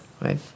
right